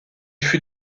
fut